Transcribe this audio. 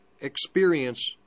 experience